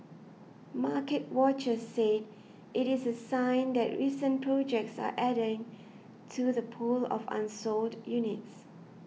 market watchers said it is a sign that recent projects are adding to the pool of unsold units